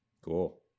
Cool